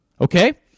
Okay